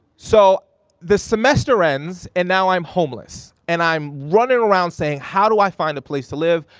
so the semester ends, and now i'm homeless, and i'm running around saying, how do i find a place to live?